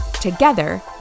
Together